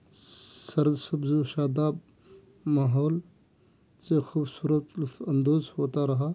سرسبز و شاداب ماحول سے خوبصورت لطف اندوز ہوتا رہا